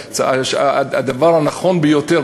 הדבר הנכון ביותר,